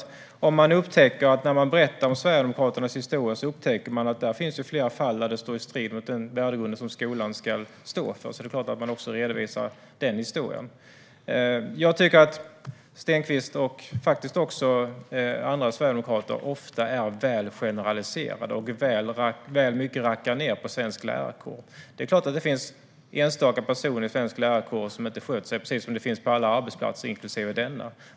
Om man när man berättar om Sverigedemokraternas historia upptäcker att där finns flera fall som står i strid med den värdegrund som skolan ska stå för, då är det klart att man redovisar också den historien. Jag tycker att Stenkvist och även andra sverigedemokrater ofta är väl generaliserande och rackar ned väl mycket på den svenska lärarkåren. Det är klart att det finns enstaka personer i den svenska lärarkåren som inte sköter sig, precis som det finns på alla arbetsplatser inklusive denna.